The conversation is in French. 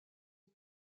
aux